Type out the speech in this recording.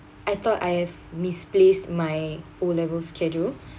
I thought I have misplaced my O level schedule